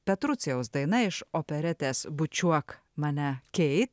petrucijaus daina iš operetės bučiuok mane kei